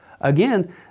Again